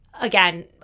again